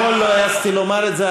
עד אתמול לא העזתי לומר את זה,